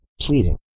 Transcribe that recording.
pleading